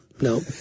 No